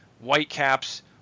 Whitecaps